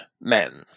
men